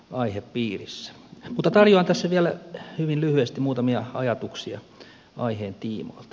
mutta tarjoan tässä vielä hyvin lyhyesti muutamia ajatuksia aiheen tiimoilta